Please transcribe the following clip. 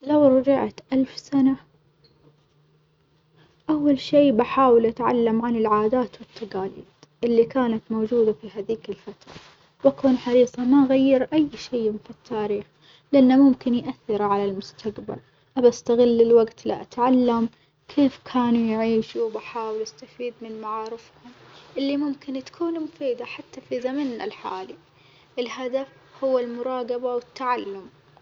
لو رجعت ألف سنة أول شي بحاول أتعلم عن العادات والتجاليد اللي كنت موجودة في هاذيك الفترة، وأكون حريصة ما أغير أي شيٍ في التاريخ لأنه ممكن يأثر على المستقبل، بستغل الوجت لأتعلم كيف كانوا يعيشوا وبحاول أستفيد من معارفهم اللي ممكن تكون مفيدة حتى في زمنّا الحالي، الهدف هو المراجبة والتعلم.